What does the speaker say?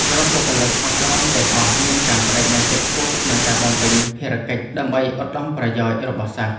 គ្រប់បុគ្គលិកអប់រំទាំងអស់មានការប្តេជ្ញាចិត្តខ្ពស់ក្នុងការបំពេញភារកិច្ចដើម្បីឧត្តមប្រយោជន៍របស់សិស្ស។